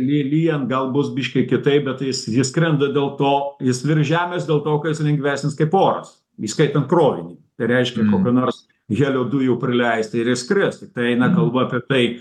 ly lyjant gal bus biškį kitaip bet jis jis skrenda dėl to jis virš žemės dėl to ka jis lengvesnis kaip oras įskaitant krovinį tai reiškia kokio nors helio dujų prileist ir jis skris tiktai eina kalba apie tai